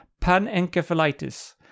panencephalitis